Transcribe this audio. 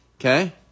Okay